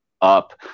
up